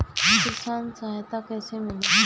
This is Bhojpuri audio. किसान सहायता कईसे मिली?